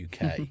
UK